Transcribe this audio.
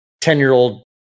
ten-year-old